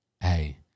hey